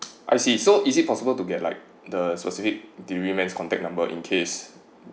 I see so is it possible to get like the specific delivery man's contact number in case